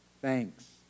thanks